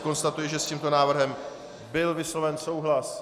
Konstatuji, že s tímto návrhem byl vysloven souhlas.